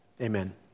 Amen